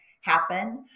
happen